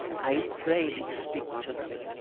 i pray thee speak to me!